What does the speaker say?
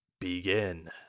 begin